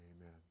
Amen